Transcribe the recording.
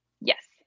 Yes